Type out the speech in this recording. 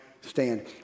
stand